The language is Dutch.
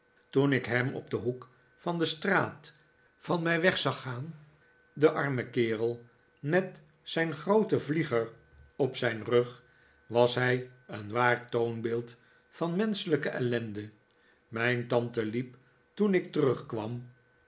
toen ik hem op den hoek van de straat van mij wep zag gaan de arme kerel met zijn grooten vlieger op zijn rug was hij een waar toonbeeld van menschelijke ellende mijn tante liep toen ik terugkwam